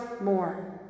more